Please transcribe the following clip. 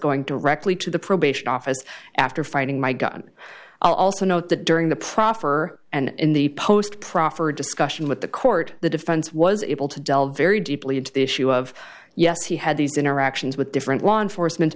directly to the probation office after finding my gun i'll also note that during the proffer and in the post proffer discussion with the court the defense was able to delve very deeply into the issue of yes he had these interactions with different law enforcement